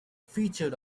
featured